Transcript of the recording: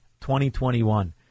2021